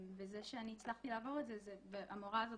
וזה שאני הצלחתי לעבור את זה זה --- והמורה הזאת